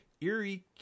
Eerie